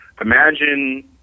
Imagine